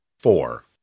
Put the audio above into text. Four